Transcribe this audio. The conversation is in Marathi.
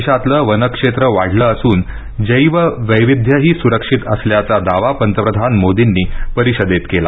देशातलं वनक्षेत्र वाढलं असून जैववैविध्यही स्रक्षित असल्याचा दावा पंतप्रधान मोदींनी परिषदेत केला